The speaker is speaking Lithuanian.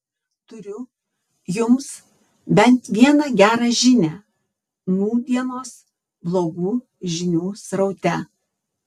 turiu jums bent vieną gerą žinią nūdienos blogų žinių sraute